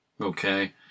Okay